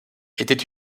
était